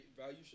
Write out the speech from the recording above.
value